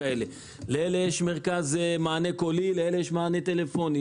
לאלה יש מרכז מענה קולי ולאלה יש מענה טלפוני.